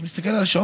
אני מסתכל על השעון.